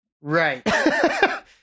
Right